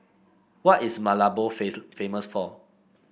what is Malabo famous for